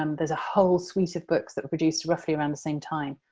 um there's a whole suite of books that were produced roughly around the same time,